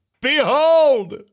Behold